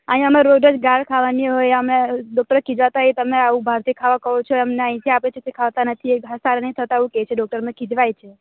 અહીંયાં અમે રોજ જ દાળ ખાવાની હોય અમે ડૉક્ટર ખિજાતા તમે બહારથી ખાવા ખાઓ છો એમને અહીંથી આપે છે તે ખાતા નથી સારા નથી થાતા એવું કે છે ડૉક્ટર ખિજવાય છે